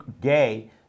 gay